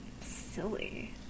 silly